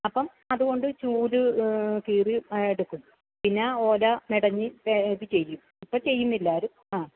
അപ്പം അത്കൊണ്ട് ചൂല് കീറി എടുക്കും പിന്നെ ഓല മെടഞ്ഞ് ഇത് ചെയ്യും ഇപ്പം ചെയ്യുന്നില്ല ആരും ആ